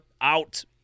out